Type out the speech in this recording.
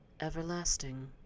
everlasting